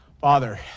Father